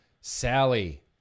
Sally